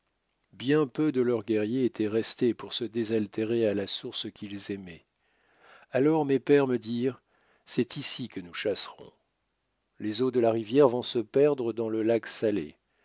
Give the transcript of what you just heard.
bien peu de leurs guerriers étaient restés pour se désaltérer à la source qu'ils aimaient alors mes pères me dirent c'est ici que nous chasserons les eaux de la rivière vont se perdre dans le lac salé